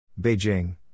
Beijing